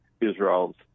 Israel's